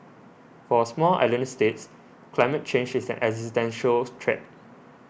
for small island states climate change is an existential threat